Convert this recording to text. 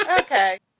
Okay